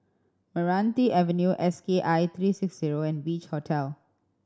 Meranti Avenue S K I three six zero and Beach Hotel